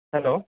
hello